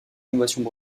innovations